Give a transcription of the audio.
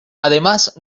además